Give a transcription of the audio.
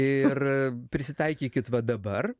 ir prisitaikykit va dabar